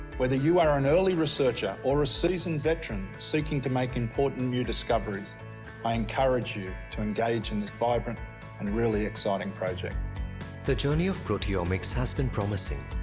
whether you are an early researcher or a season veteran seeking to make important new discoveries i encourage you to engage in this vibrant and really exciting project the journey of proteomics has been promising,